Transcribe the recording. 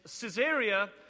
Caesarea